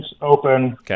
open